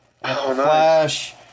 Flash